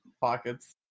Pockets